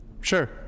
Sure